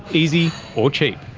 easy or cheap.